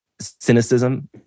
cynicism